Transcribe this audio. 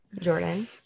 Jordan